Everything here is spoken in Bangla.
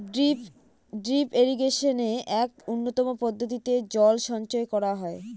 ড্রিপ ইরিগেশনে এক উন্নতম পদ্ধতিতে জল সঞ্চয় করা হয়